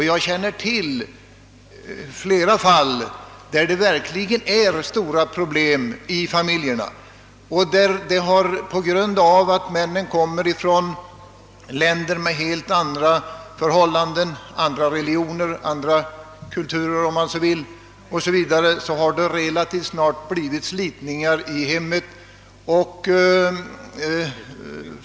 Jag känner till flera familjer, där det verkligen råder stora problem. På grund av att mannen kommer från länder med helt andra förhållanden, andra religioner, andra kulturer — om man så vill uttrycka sig — har det relativt snart blivit slitningar i hemmet.